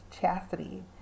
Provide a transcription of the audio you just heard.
chastity